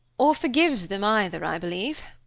or forgives them, either, i believe.